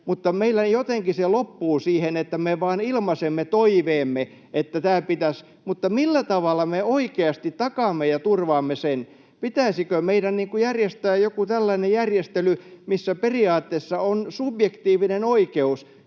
mutta meillä jotenkin se loppuu siihen, että me vain ilmaisemme toiveemme, mutta millä tavalla me oikeasti takaamme ja turvaamme sen? Pitäisikö meidän järjestää joku tällainen järjestely, missä periaatteessa on subjektiivinen oikeus